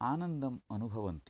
आनन्दम् अनुभवन्ति